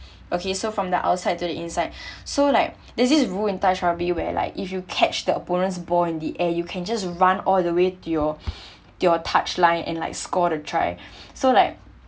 okay so from the outside to the inside so like there's this rule in touch rugby where like if you catch the opponent's ball in the air you can just run all the way to your to your touchline and like score the try so like